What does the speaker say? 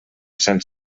sant